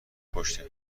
پشته